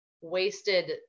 wasted